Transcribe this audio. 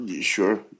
sure